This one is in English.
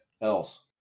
else